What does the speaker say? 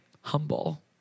humble